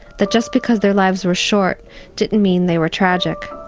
that just because their lives were short didn't mean they were tragic.